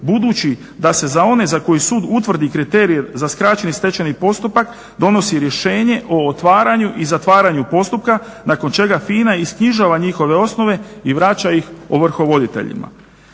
Budući da se za one za koje sud utvrdi kriterije za skraćeni stečajni postupak donosi rješenje o otvaranju i zatvaranju postupka, nakon čega FINA isknjižava njihove osnove i vraća ih ovrhovoditeljima.